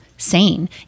Sane